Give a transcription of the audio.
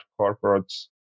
corporates